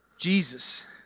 Jesus